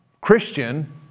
Christian